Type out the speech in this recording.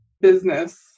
business